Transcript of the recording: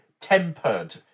tempered